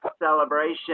celebration